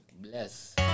Bless